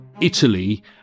Italy